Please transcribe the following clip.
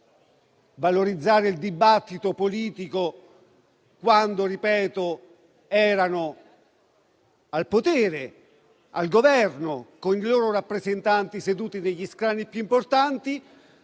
valorizzare il dibattito politico neanche quando erano al Governo, con i loro rappresentanti seduti sugli scranni più importanti.